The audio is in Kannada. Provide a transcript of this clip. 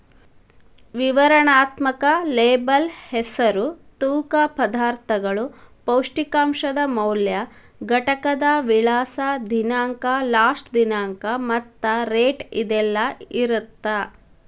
ವಿವರಣಾತ್ಮಕ ಲೇಬಲ್ ಹೆಸರು ತೂಕ ಪದಾರ್ಥಗಳು ಪೌಷ್ಟಿಕಾಂಶದ ಮೌಲ್ಯ ಘಟಕದ ವಿಳಾಸ ದಿನಾಂಕ ಲಾಸ್ಟ ದಿನಾಂಕ ಮತ್ತ ರೇಟ್ ಇದೆಲ್ಲಾ ಇರತ್ತ